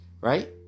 Right